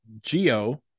Geo